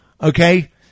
okay